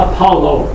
Apollo